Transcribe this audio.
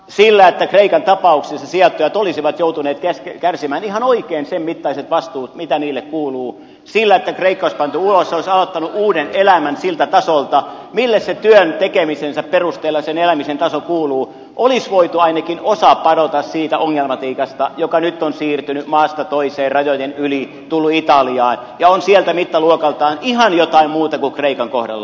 sillä että kreikan tapauksessa sijoittajat olisivat joutuneet kärsimään ihan oikein sen mittaiset vastuut mitä niille kuuluu sillä että kreikka olisi pantu ulos se olisi aloittanut uuden elämän siltä tasolta mille tasolle sen elämisen taso sen työn tekemisen perusteella kuuluu olisi voitu ainakin osa padota siitä ongelmatiikasta joka nyt on siirtynyt maasta toiseen rajojen yli tullut italiaan ja on siellä mittaluokaltaan ihan jotain muuta kuin kreikan kohdalla